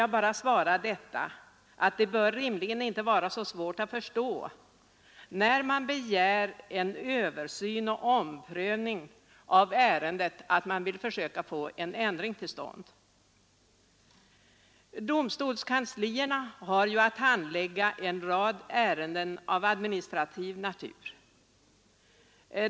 Jag vill då bara svara att det rimligen inte kan vara så svårt att förstå att man vill få en ändring till stånd när man begär en översyn och omprövning av ärendet. Domstolskanslierna har att handlägga en rad ärenden av administrativ natur.